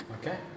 Okay